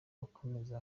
akomeza